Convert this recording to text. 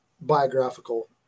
biographical